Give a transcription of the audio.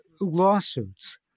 lawsuits